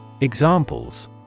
Examples